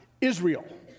Israel